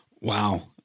Wow